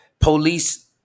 police